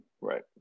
right